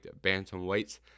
bantamweights